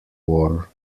war